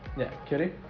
yeah kitty